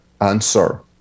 answer